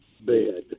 bed